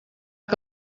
que